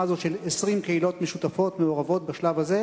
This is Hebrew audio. הזאת של 20 קהילות משותפות מעורבות בשלב הזה,